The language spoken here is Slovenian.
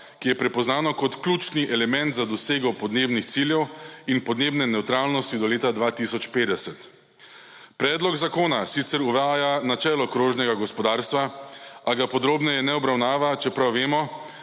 ki je prepoznano kot ključni element za dosego podnebnih ciljev in podnebne nevtralnosti do leta 2050. Predlog zakona sicer uvaja načelo krožnega gospodarstva, a ga podrobneje ne obravnava, čeprav vemo,